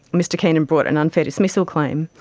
mr keenan brought an unfair dismissal claim.